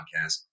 podcast